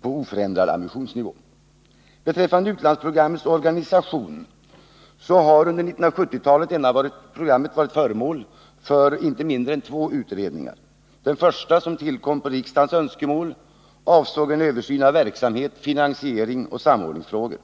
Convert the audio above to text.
på oförändrad ambitionsnivå. Utlandsprogrammets organisation har under 1970-talet varit föremål för inte mindre än två utredningar. Den första, som tillkom på grund av riksdagens önskemål, avsåg en översyn av verksamhet, finansiering och samordningsfrågor.